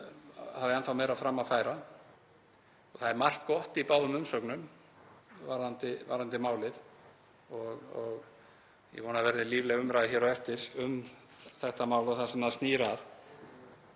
bara enn þá meira fram að færa. Það er margt gott í báðum umsögnum varðandi málið og ég vona að það verði lífleg umræða hér á eftir um þetta mál og það sem það snýst